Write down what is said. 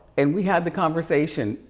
and we had the conversation,